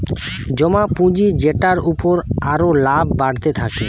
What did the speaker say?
জমা পুঁজি যেটার উপর আরো লাভ বাড়তে থাকে